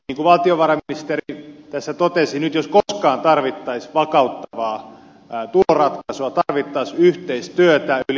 niin kuin valtiovarainministeri tässä totesi nyt jos koskaan tarvittaisiin vakauttavaa tuloratkaisua tarvittaisiin yhteistyötä yli ideologiarajojen